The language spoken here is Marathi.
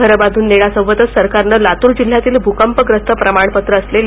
घर बांधुन देण्यासोबतच सरकारन लातूर जिल्ह्यातील भुकंपग्रस्त प्रमाणपत्र असलेल्या